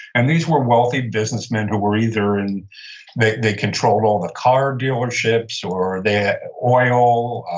and these were wealthy businessmen who were either, and they they controlled all the car dealerships, or they had oil,